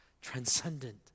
transcendent